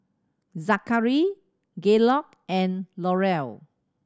Zakary Gaylord and Laurel